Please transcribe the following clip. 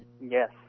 yes